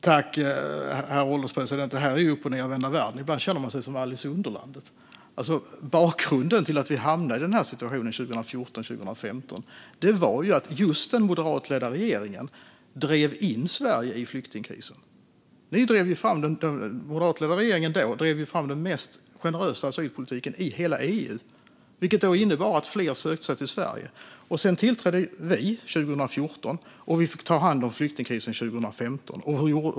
Herr ålderspresident! Det här är uppochnedvända världen. Ibland känner man sig som Alice i underlandet. Bakgrunden till att Sverige hamnade i denna situation 2014-2015 var ju att den moderatledda regeringen drev in Sverige i flyktingkrisen. Den dåvarande moderatledda regeringen drev fram den mest generösa asylpolitiken i hela EU, vilket då innebar att fler sökte sig till Sverige. Sedan tillträdde vi 2014, och vi fick ta hand om flyktingkrisen 2015.